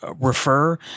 refer